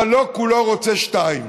אבל לא כולו רוצה שתיים.